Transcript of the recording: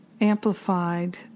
amplified